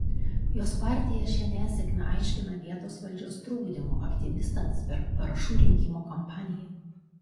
jos partija šią nesėkmę aiškina vietos valdžios trukdymu aktyvistams per parašų rinkimo kampaniją